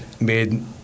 made